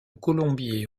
colombier